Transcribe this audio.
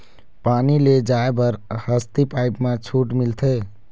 पानी ले जाय बर हसती पाइप मा छूट मिलथे?